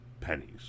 pennies